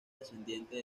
descendiente